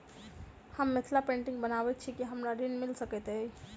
हम मिथिला पेंटिग बनाबैत छी की हमरा ऋण मिल सकैत अई?